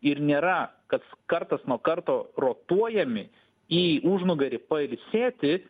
ir nėra kas kartas nuo karto rotuojami į užnugarį pailsėti